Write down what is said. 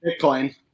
Bitcoin